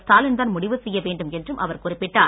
ஸ்டாடலின் தான் முடிவு செய்ய வேண்டும் என்றும் அவர் குறிப்பிட்டார்